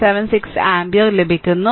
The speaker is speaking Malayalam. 176 ആമ്പിയർ ലഭിക്കുന്നു